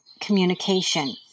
communication